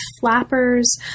flappers